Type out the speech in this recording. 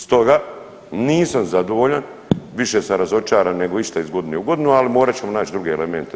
Stoga nisam zadovoljan, više sam razočaran nego išta iz godine u godinu ali morat ćemo naći druge elemente.